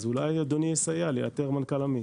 אז אולי אדוני יסייע לי לאתר מנכ"ל אמיץ.